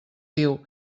diu